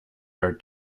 her